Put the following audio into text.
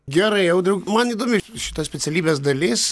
gerai audriau man įdomi šita specialybės dalis